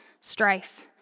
strife